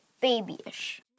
babyish